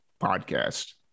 podcast